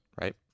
right